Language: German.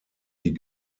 die